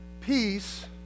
Peace